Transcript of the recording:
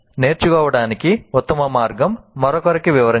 నేర్చుకోవడానికి ఉత్తమ మార్గం మరొకరికి వివరించడం